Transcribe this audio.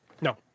No